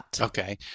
Okay